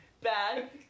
Bad